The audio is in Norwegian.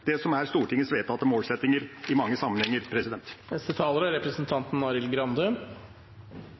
det som er Stortingets vedtatte målsettinger i mange sammenhenger.